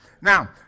Now